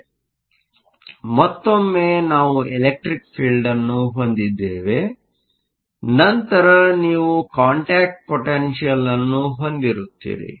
ಆದ್ದರಿಂದ ಮತ್ತೊಮ್ಮೆ ನಾವು ಎಲೆಕ್ಟ್ರಿಕ್ ಫಿಲ್ಡ್ಅನ್ನು ಹೊಂದಿದ್ದೇವೆ ಮತ್ತು ನಂತರ ನೀವು ಕಾಂಟ್ಯಾಕ್ಟ್ ಪೊಟೆನ್ಷಿಯಲ್Contact potential ಅನ್ನು ಹೊಂದಿರುತ್ತೀರಿ